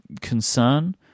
concern